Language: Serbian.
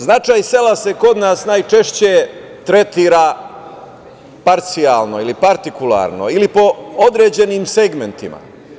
Značaj sela se kod nas najčešće tretira parcijalno ili partikularno ili po određenim segmentima.